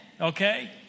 Okay